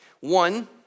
One